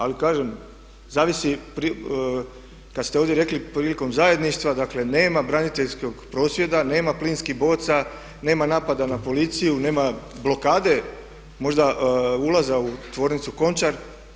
Ali kažem zavist, kada ste ovdje rekli prilikom zajedništva, dakle nema braniteljskog prosvjeda, nema plinskih boca, nema napada na policiju, nema blokade, možda ulaza u tvornicu Končar.